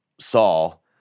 saul